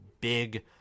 big